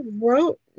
wrote